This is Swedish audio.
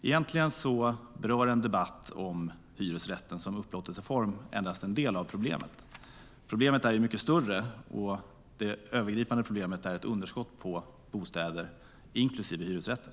Egentligen berör en debatt om hyresrätten som upplåtelseform endast en del av det mycket större och övergripande problemet med underskott på bostäder, inklusive hyresrätter.